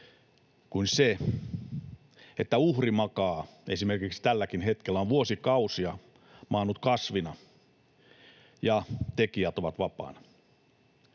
kuin se, että uhri makaa, esimerkiksi tälläkin hetkellä on vuosikausia maannut, kasvina ja tekijät ovat vapaina.